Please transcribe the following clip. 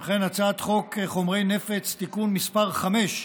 ולכן הצעת חוק חומרי נפץ (תיקון מס' 5),